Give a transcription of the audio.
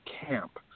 camp